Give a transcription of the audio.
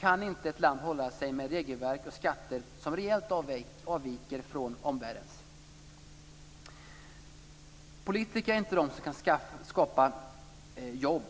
kan inte ett land hålla sig med regelverk och skatter som rejält avviker från omvärldens. Politiker är inte de som kan skapa jobb.